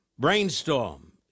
brainstorm